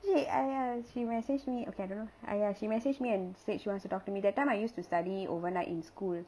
she I I she message me okay don't know !aiya! she message me and said she wants to talk to me that time I used to study overnight in school